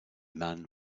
man